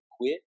quit